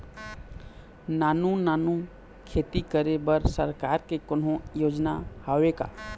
नानू नानू खेती करे बर सरकार के कोन्हो योजना हावे का?